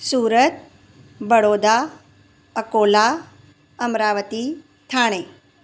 Surat Baroda Akola Amravati Thane